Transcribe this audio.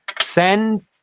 send